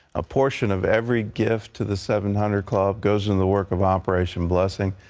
a portion of every gift to the seven hundred club goes into the work of operation blessing.